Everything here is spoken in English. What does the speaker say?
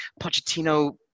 pochettino